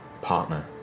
partner